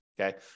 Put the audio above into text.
okay